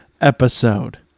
episode